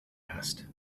asked